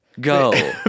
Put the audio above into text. Go